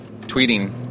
tweeting